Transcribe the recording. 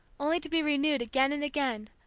only to be renewed again and again,